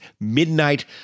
Midnight